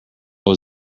was